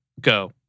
Go